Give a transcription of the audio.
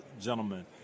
gentlemen